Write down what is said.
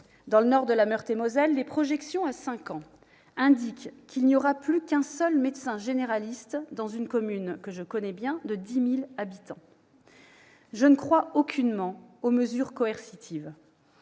Dans le nord de la Meurthe-et-Moselle, les projections à cinq ans indiquent qu'il n'y aura plus qu'un seul médecin généraliste dans une commune de 10 000 habitants que je connais bien. Je ne crois aucunement aux mesures coercitives.